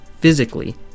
physically